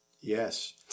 Yes